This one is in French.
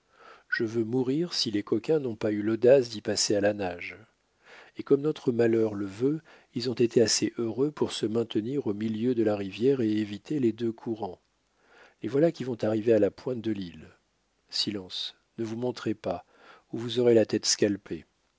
je veux mourir si les coquins n'ont pas eu l'audace d'y passer à la nage et comme notre malheur le veut ils ont été assez heureux pour se maintenir au milieu de la rivière et éviter les deux courants les voilà qui vont arriver à la pointe de l'île silence ne vous montrez pas ou vous aurez la tête scalpée